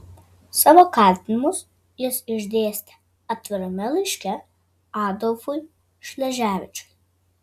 savo kaltinimus jis išdėstė atvirame laiške adolfui šleževičiui